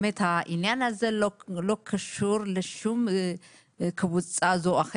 באמת העניין הזה לא קשור לשום קבוצה זו או אחרת.